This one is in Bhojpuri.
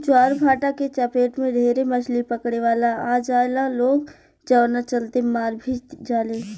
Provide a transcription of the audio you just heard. ज्वारभाटा के चपेट में ढेरे मछली पकड़े वाला आ जाला लोग जवना चलते मार भी जाले